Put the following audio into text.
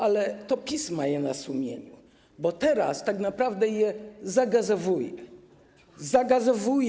Ale to PiS ma je na sumieniu, bo teraz tak naprawdę je zagazowuje.